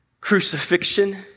Crucifixion